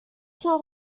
son